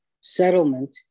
settlement